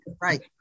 right